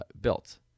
built